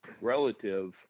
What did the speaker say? relative